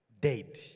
Dead